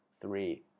three